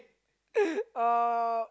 or